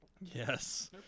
Yes